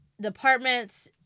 departments